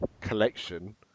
Collection